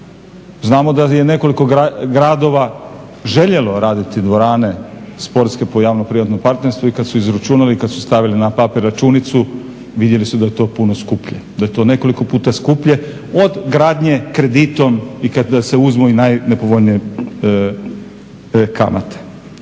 Znamo da je nekoliko gradova željelo graditi dvorane sportske po javno-privatnom partnerstvu i kad su izračunali i kad su stavili na papir računicu vidjeli su da je to puno skuplje, da je to nekoliko puta skuplje od gradnje kreditom i kad se uzmu i najnepovoljnije kamate.